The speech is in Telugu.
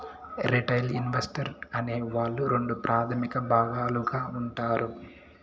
రిటైల్ ఇన్వెస్టర్ అనే వాళ్ళు రెండు ప్రాథమిక భాగాలుగా ఉంటారు